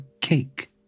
cake